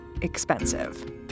expensive